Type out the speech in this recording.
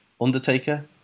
Undertaker